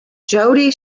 jody